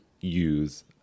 use